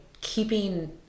keeping